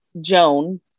Joan